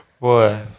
Boy